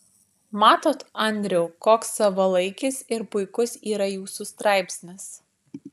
matot andriau koks savalaikis ir puikus yra jūsų straipsnis